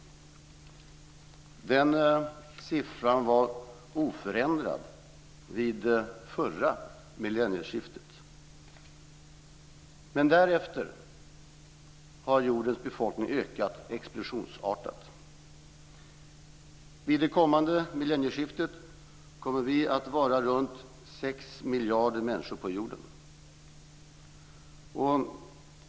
Den siffran var oförändrad vid förra millennieskiftet. Men därefter har jordens befolkning ökat explosionsartat. Vid det kommande millennieskiftet kommer vi att vara runt 6 miljarder människor på jorden.